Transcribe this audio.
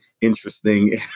interesting